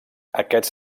aquests